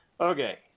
Okay